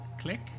click